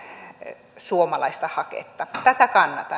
suomalaista haketta tätä kannatan